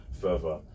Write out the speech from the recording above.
further